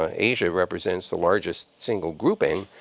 ah asia represents the largest single grouping.